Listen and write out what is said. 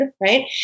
right